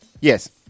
Yes